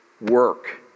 work